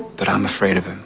but i'm afraid of him.